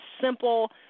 simple